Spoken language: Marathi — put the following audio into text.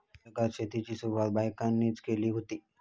जगात शेतीची सुरवात बायकांनीच केली हुती